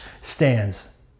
stands